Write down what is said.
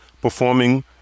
performing